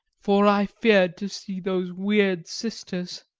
for i feared to see those weird sisters.